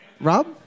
Rob